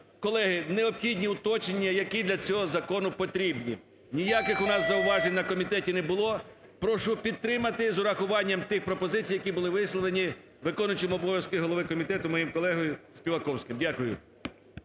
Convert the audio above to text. Колеги, необхідні уточнення, які для цього закону потрібні, ніяких у нас зауважень на комітеті не було. Прошу підтримати з урахуванням тих пропозицій, які були висловлені виконуючим обов'язки голови комітету, моїм колегою Співаковським. Дякую.